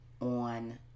on